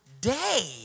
day